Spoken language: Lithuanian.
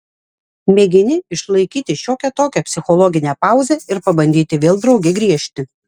mėgini išlaikyti šiokią tokią psichologinę pauzę ir pabandyti vėl drauge griežti